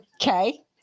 Okay